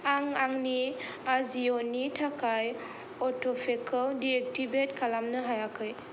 आं आंनि आजिय'नि थाखाय अट'पेखौ डिएक्टिभेट खालामनो हायाखै